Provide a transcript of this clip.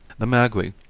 the maguey,